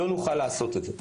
לא נוכל לעשות את זה.